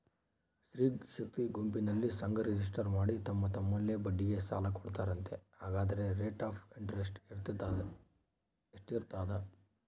ಸ್ತ್ರೇ ಶಕ್ತಿ ಗುಂಪಿನಲ್ಲಿ ಸಂಘ ರಿಜಿಸ್ಟರ್ ಮಾಡಿ ತಮ್ಮ ತಮ್ಮಲ್ಲೇ ಬಡ್ಡಿಗೆ ಸಾಲ ಕೊಡ್ತಾರಂತೆ, ಹಂಗಾದರೆ ರೇಟ್ ಆಫ್ ಇಂಟರೆಸ್ಟ್ ಎಷ್ಟಿರ್ತದ?